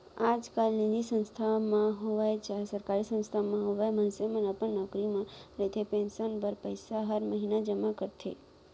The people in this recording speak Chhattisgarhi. आजकाल निजी संस्था म होवय चाहे सरकारी संस्था म होवय मनसे मन अपन नौकरी म रहते पेंसन बर पइसा हर महिना जमा करथे